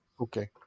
Okay